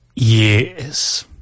Yes